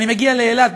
אני מגיע לאילת,